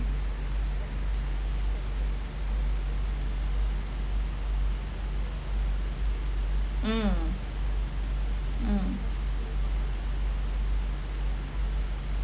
mm mm